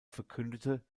verkündete